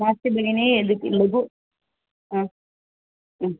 मास्तु भगिनि एतद् किं लघुः हा